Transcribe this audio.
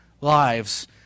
lives